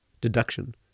deduction